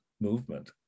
movement